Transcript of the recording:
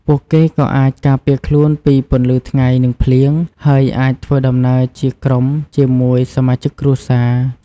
ពួកគេអាចការពារខ្លួនពីពន្លឺថ្ងៃនិងភ្លៀង ហើយអាចធ្វើដំណើរជាក្រុមជាមួយសមាជិកគ្រួសារ។